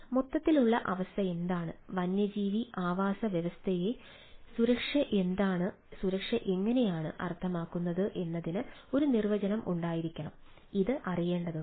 മൊത്തത്തിലുള്ള അവസ്ഥയെന്താണ് വന്യജീവി ആവാസ വ്യവസ്ഥയുടെ സുരക്ഷയെന്താണ് അർത്ഥമാക്കുന്നത് എന്നതിന് ഒരു നിർവചനം ഉണ്ടായിരിക്കണം ഇത് അറിയേണ്ടതുണ്ട്